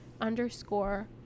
underscore